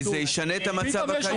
כי זה ישנה את המצב הקיים.